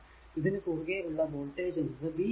ഇതിനു കുറുകെ ഉള്ള വോൾടേജ് എന്നത് v ആണ്